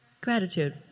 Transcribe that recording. Gratitude